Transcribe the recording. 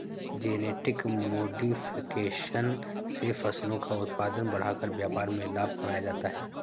genetic modification से फसलों का उत्पादन बढ़ाकर व्यापार में लाभ कमाया जाता है